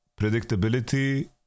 predictability